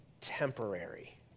temporary